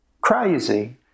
crazy